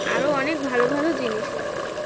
আরও অনেক ভালো ভালো জিনিস